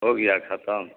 ہو گیا ختم